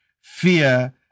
fear